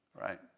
Right